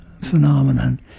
phenomenon